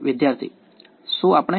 વિદ્યાર્થી શું આપણે